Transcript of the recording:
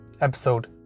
episode